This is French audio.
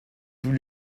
tous